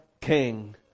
king